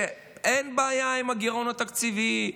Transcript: שאין בעיה עם הגירעון התקציבי,